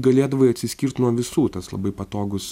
galėdavai atsiskirt nuo visų tas labai patogus